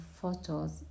photos